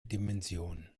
dimension